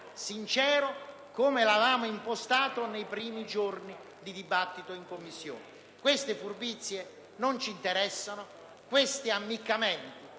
sincero, come lo avevamo impostato nei primi giorni di dibattito in Commissione. Queste furbizie non ci interessano, questi ammiccamenti